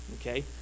okay